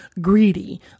greedy